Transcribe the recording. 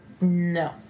No